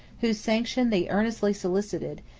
whose sanction they earnestly solicited,